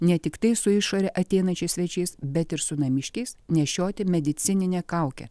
ne tiktai su išore ateinančiais svečiais bet ir su namiškiais nešioti medicininę kaukę